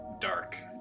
dark